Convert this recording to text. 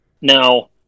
Now